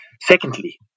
Secondly